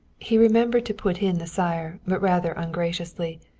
he remembered to put in the sire, but rather ungraciously.